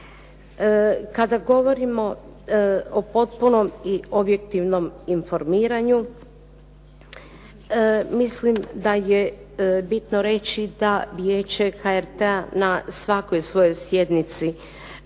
Kada govorimo o potpunom i objektivnom informiranju mislim da je bitno reći da Vijeće HRT-a na svakoj svojoj sjednici